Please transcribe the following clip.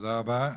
תודה רבה.